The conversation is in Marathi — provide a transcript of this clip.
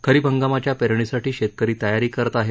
खरीप हंगामाच्या पेरणीसाठी शेतकरी तयारी करत आहेत